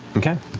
okay.